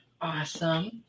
Awesome